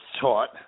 taught